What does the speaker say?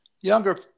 younger